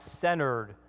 centered